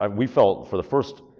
um we felt for the first,